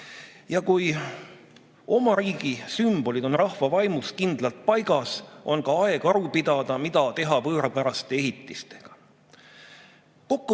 Ja kui oma riigi sümbolid on rahva vaimus kindlalt paigas, on ka aeg aru pidada, mida teha võõrapäraste ehitistega.